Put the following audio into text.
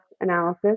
analysis